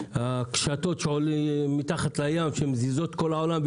והקשתות מתחת לים שמזיזות את כל העולם,